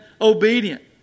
obedient